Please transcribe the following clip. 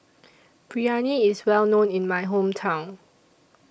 Biryani IS Well known in My Hometown